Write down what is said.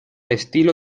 estilo